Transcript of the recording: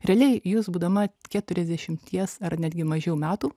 realiai jūs būdama keturiasdešimies ar netgi mažiau metų